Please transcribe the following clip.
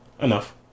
enough